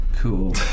Cool